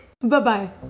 Bye-bye